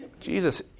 Jesus